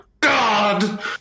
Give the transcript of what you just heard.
God